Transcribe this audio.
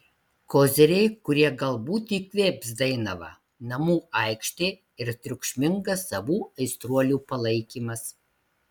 koziriai kurie galbūt įkvėps dainavą namų aikštė ir triukšmingas savų aistruolių palaikymas